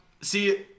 See